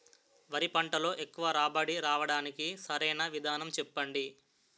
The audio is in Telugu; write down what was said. వరి పంటలో ఎక్కువ రాబడి రావటానికి సరైన విధానం చెప్పండి?